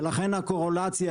לכן הקורלציה,